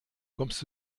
kommst